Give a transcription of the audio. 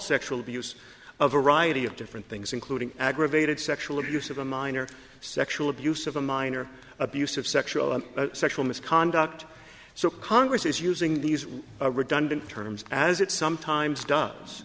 sexual abuse of a riot a of different things including aggravated sexual abuse of a minor sexual abuse of a minor abuse of sexual and sexual misconduct so congress is using these redundant terms as it sometimes does